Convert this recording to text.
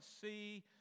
see